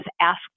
asked